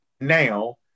now